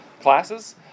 classes